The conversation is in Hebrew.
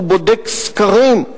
הוא בודק סקרים.